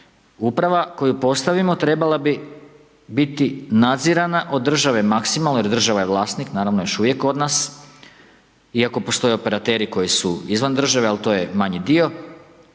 uprava koju postavimo trebala bi biti nadzirana maksimalno jer država je vlasnik, naravno, još uvijek kod nas iako postoje operateri koji su izvan države, ali to je manji dio.